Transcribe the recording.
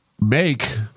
make